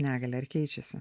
negalią ar keičiasi